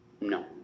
No